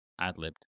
ad-libbed